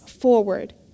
forward